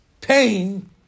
pain